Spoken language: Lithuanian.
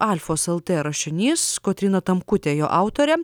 alfos el tė rašinys kotryna tamkutė jo autorė